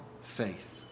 faith